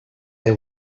they